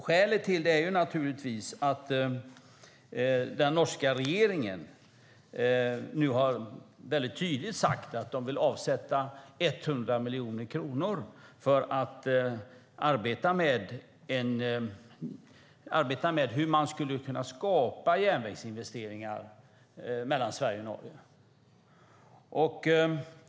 Skälet till det är att den norska regeringen nu tydligt har sagt att den vill avsätta 100 miljoner kronor för att arbeta med att skapa järnvägsinvesteringar mellan Sverige och Norge.